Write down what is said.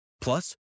Plus